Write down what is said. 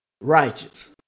righteous